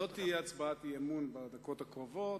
לא תהיה הצבעת אי-אמון בדקות הקרובות,